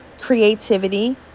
Creativity